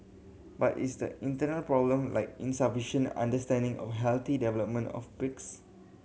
but it's the internal problem like insufficient understanding of healthy development of pigs